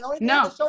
No